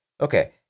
Okay